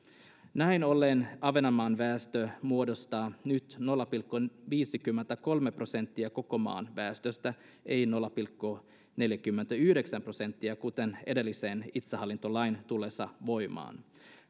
näin ollen ahvenanmaan väestö muodostaa nyt nolla pilkku viisikymmentäkolme prosenttia koko maan väestöstä ei nolla pilkku neljäkymmentäyhdeksän prosenttia kuten edellisen itsehallintolain tullessa voimaan